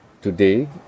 Today